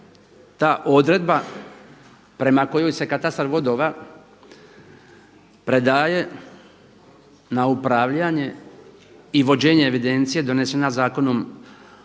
ta odreda prema kojoj se katastar vodova predaje na upravljanje i vođenje evidencije donesena Zakonom